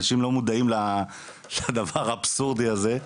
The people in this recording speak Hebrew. אנשים לא מודעים לדבר האבסורדי הזה.